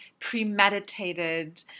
premeditated